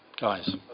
guys